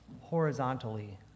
horizontally